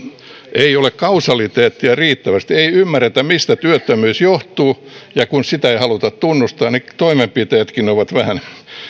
ei ole kausaliteettia riittävästi ei ymmärretä mistä työttömyys johtuu ja kun sitä ei haluta tunnustaa niin toimenpiteetkin ovat vähän